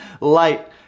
light